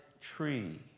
tree